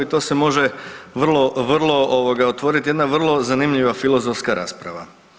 To se može vrlo, vrlo otvoriti jedna vrlo zanimljiva filozofska rasprava.